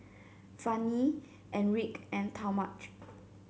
Fannye Enrique and Talmadge